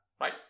right